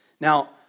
Now